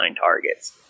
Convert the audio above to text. targets